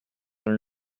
are